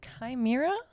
Chimera